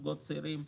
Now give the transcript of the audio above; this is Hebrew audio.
זוגות צעירים,